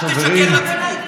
אל תשקר לציבור.